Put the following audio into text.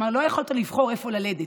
כלומר, לא יכולת לבחור איפה ללדת.